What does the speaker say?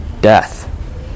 death